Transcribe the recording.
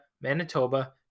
Manitoba